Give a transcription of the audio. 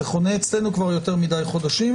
זה חונה אצלנו כבר יותר מידי חודשים.